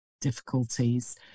difficulties